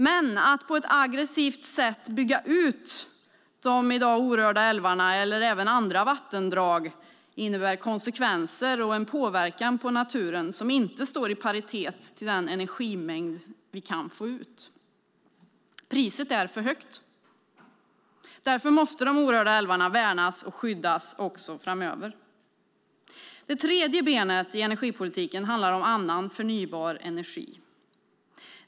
Men att på ett aggressivt sätt bygga ut de i dag orörda älvarna och även andra vattendrag innebär konsekvenser och en påverkan på naturen som inte står i paritet med den energimängd vi kan få ut. Priset är för högt. Därför måste de orörda älvarna värnas och skyddas också framöver. Det tredje benet i energipolitiken handlar om annan förnybar energi.